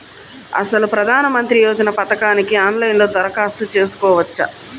అసలు ప్రధాన మంత్రి యోజన పథకానికి ఆన్లైన్లో దరఖాస్తు చేసుకోవచ్చా?